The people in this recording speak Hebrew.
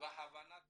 וההבנה התרבותית.